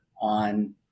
on